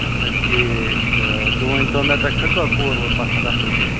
اچھا ٹھیٖک تہٕ تُہۍ ؤنۍتو مےٚ تۄہہِ کھٔژوا کوٗر ووٗر پَسنٛد اَصٕل پٲٹھۍ